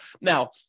Now